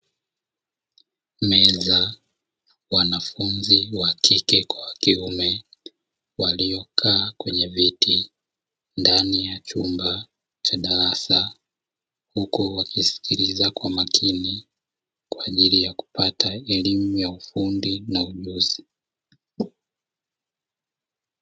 Meza, wanafunzi wa kike kwa wakiume waliokaa kwenye viti ndani ya chumba cha darasa, huku wakisikiliza kwa makini kwa ajili ya kupata elimu ya ufundi na ujuzi.